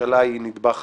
הממשלה היא נדבך חשוב.